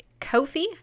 Kofi